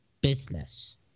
business